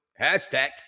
hashtag